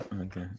okay